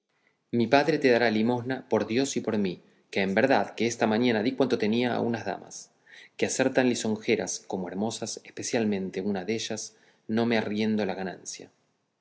mi padre te dará limosna por dios y por mí que en verdad que esta mañana di cuanto tenía a unas damas que a ser tan lisonjeras como hermosas especialmente una dellas no me arriendo la ganancia